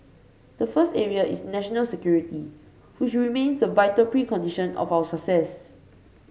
the first area is national security which remains a vital precondition of our success